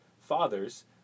Fathers